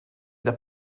the